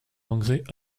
engrais